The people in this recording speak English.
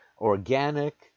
organic